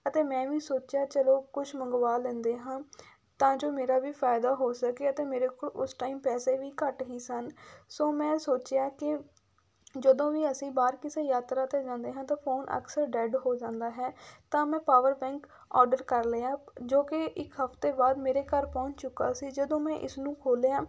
ਅਤੇ ਮੈਂ ਵੀ ਸੋਚਿਆ ਚਲੋ ਕੁਛ ਮੰਗਵਾ ਲੈਂਦੇ ਹਾਂ ਤਾਂ ਜੋ ਮੇਰਾ ਵੀ ਫਾਇਦਾ ਹੋ ਸਕੇ ਅਤੇ ਮੇਰੇ ਕੋਲ ਉਸ ਟਾਈਮ ਪੈਸੇ ਵੀ ਘੱਟ ਹੀ ਸਨ ਸੋ ਮੈਂ ਸੋਚਿਆ ਕਿ ਜਦੋਂ ਵੀ ਅਸੀਂ ਬਾਹਰ ਕਿਸੇ ਯਾਤਰਾ 'ਤੇ ਜਾਂਦੇ ਹਾਂ ਤਾਂ ਫੋਨ ਅਕਸਰ ਡੈਡ ਹੋ ਜਾਂਦਾ ਹੈ ਤਾਂ ਮੈਂ ਪਾਵਰ ਬੈਂਕ ਔਰਡਰ ਕਰ ਲਿਆ ਜੋ ਕਿ ਇੱਕ ਹਫ਼ਤੇ ਬਾਅਦ ਮੇਰੇ ਘਰ ਪਹੁੰਚ ਚੁੱਕਾ ਸੀ ਜਦੋਂ ਮੈਂ ਇਸ ਨੂੰ ਖੋਲ੍ਹਿਆ